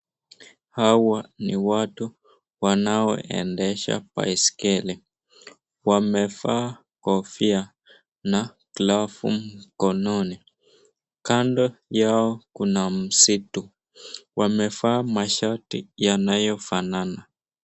Hawa ni watu wanaoendesha baisikeli. Wamevaa kofia na glavu mkononi. Kando yao kuna msitu. Wamevaa mashati yanayofanana.